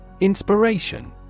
Inspiration